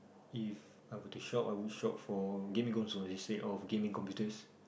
If I were to show up I would show up for gaming girls or they say or gaming computers